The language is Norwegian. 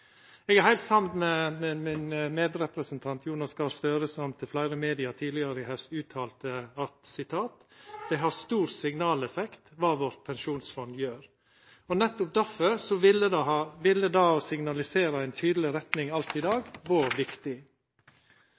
Eg er heilt samd med min medrepresentant Jonas Gahr Støre, som til fleire medium tidlegare i haust uttalte: «Det har stor signaleffekt hva vårt pensjonsfond gjør.» Nettopp derfor ville det å signalisera ei tydeleg retning alt i dag vore viktig.